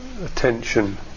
attention